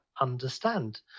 understand